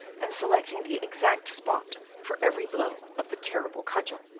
and selecting the exact spot for every blow of the terrible cudgel.